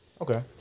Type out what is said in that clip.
okay